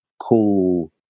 cool